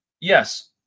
yes